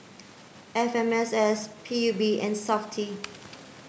F M S S P U B and SAFTI